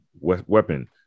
Weapon